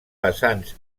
vessants